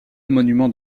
monument